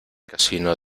casino